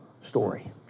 story